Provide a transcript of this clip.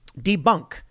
debunk